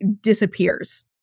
disappears